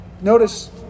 Notice